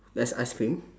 there's ice cream